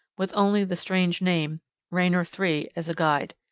with only the strange name raynor three as a guide.